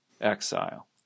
exile